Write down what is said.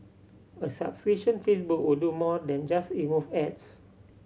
a subscription Facebook would do more than just remove ads